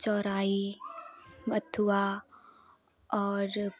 चौराई बथुआ और